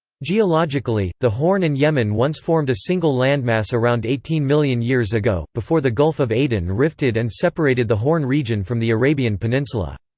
geologically, the horn and yemen once formed a single landmass around eighteen million years ago, before the gulf of aden rifted and separated the horn region from the arabian peninsula.